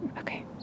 Okay